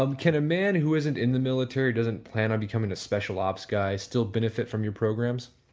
um can a man who isn't in the military, doesn't plan on becoming a special ops guy still benefit from your programs?